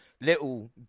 Little